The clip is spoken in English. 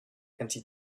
empty